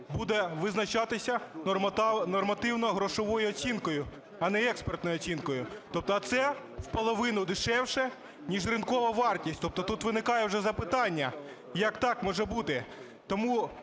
буде визначатися нормативно-грошовою оцінкою, а не експертною оцінкою, тобто це вполовину дешевше, ніж ринкова вартість. Тобто тут виникає вже запитання: як так може бути?